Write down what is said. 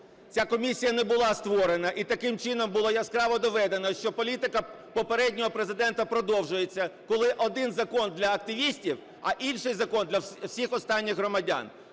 Ця комісія не була створена. І таким чином було яскраво доведено, що політика попереднього Президента продовжується. Коли один закон для активістів, а інший закон для всіх інших громадян.